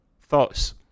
Thoughts